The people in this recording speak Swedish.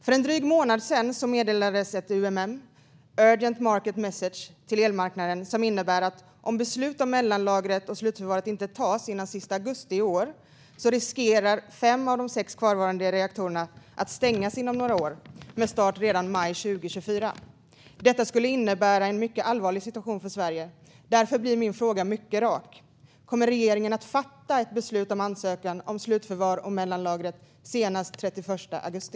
För en dryg månad sedan kom ett UMM, urgent market message, till elmarknaden som innebär att om beslut om mellanlager och slutförvar inte tas före den sista augusti i år riskerar fem av de sex kvarvarande reaktorerna att stängas inom några år, med start redan i maj 2024. Detta skulle innebära en mycket allvarlig situation för Sverige. Därför blir min fråga mycket rak: Kommer regeringen att fatta ett beslut om ansökan om slutförvar och mellanlager senast den 31 augusti?